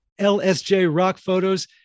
lsjrockphotos